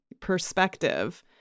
perspective